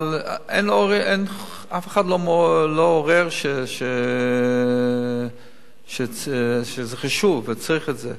אבל אף אחד לא מערער שזה חשוב וצריך את זה.